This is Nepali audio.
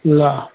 ल